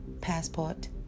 Passport